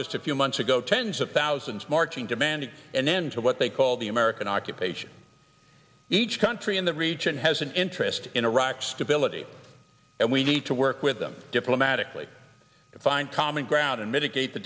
just a few months ago tens of thousands marching demanding an end to what they call the american occupation each country in the region has an interest in iraq's stability and we need to work with them diplomatically to find common ground and mitigate the